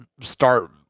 start